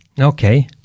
Okay